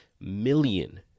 million